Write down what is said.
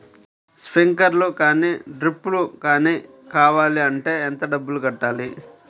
Sprinkler కానీ డ్రిప్లు కాని కావాలి అంటే ఎంత డబ్బులు కట్టాలి?